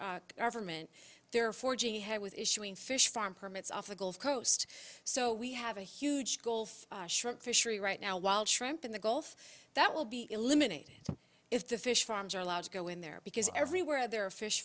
government there for jihad with issuing fish farm permits off the gulf coast so we have a huge gulf shrimp fishery right now while shrimp in the gulf that will be eliminated if the fish farms are allowed to go in there because everywhere ther